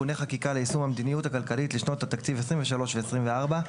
תיקוני חקיקה ליישום המדיניות הכלכלית לשנות התקציב 2023 ו-2024.